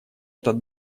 этот